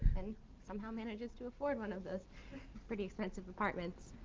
and somehow manages to afford one of those pretty expensive apartments,